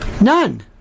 None